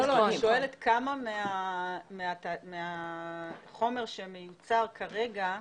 כמה מהחומר שמיוצר כרגע,